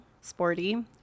Sporty